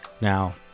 Now